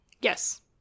Yes